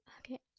Okay